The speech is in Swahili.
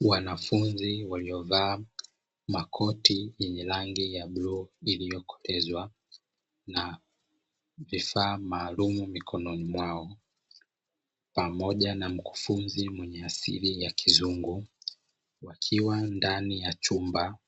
Wanafunzi walio vaa makoti yenye rangi ya bluu iliokolezwa na vifaa maalumu mikononi mwao. Pamoja na mkufunzi mwenye asili ya kizungu, wakiwa ndani ya chumba